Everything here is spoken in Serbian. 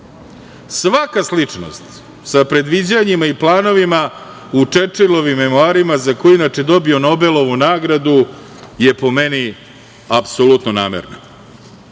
Svaka sličnost sa predviđanjima i planovima u Čerčilom memoarima, za koje je inače dobio Nobelovu nagradu, je po meni apsolutno